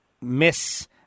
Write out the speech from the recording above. miss